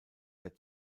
der